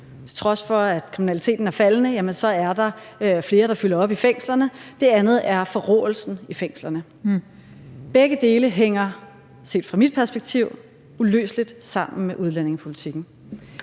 Til trods for at kriminaliteten er faldende, er der flere, der fylder op i fængslerne. Det andet er forråelsen i fængslerne. Begge dele hænger set fra mit perspektiv uløseligt sammen med udlændingepolitikken.